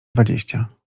dwadzieścia